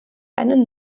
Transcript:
einen